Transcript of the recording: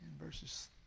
verses